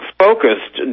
focused